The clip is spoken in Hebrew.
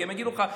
כי הם יגידו לך,